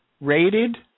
Rated